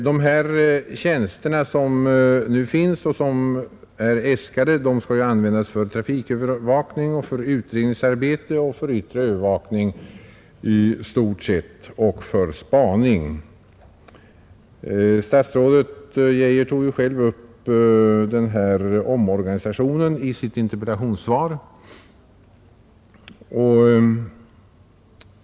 De tjänster som nu finns och de som är äskade skall i stort sett användas för trafikövervakning, för utredningsarbete, för yttre övervakning och för spaning. Statsrådet Geijer tog själv upp omorganisationen i sitt interpellationssvar.